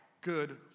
good